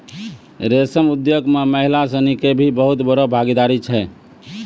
रेशम उद्योग मॅ महिला सिनि के भी बहुत बड़ो भागीदारी छै